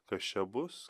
kas čia bus